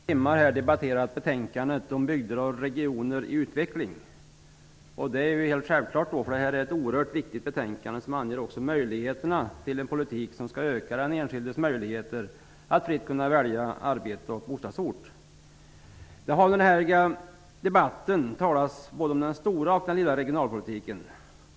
Fru talman! Vi har nu under några timmar debatterat betänkandet om Bygder och regioner i utveckling. Detta är ett oerhört viktigt betänkande som också anger en politik som skall öka den enskildes möjligheter att fritt kunna välja arbete och bostadsort. Det har i debatten talats om både den stora och den lilla regionalpolitiken.